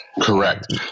Correct